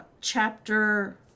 chapter